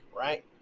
right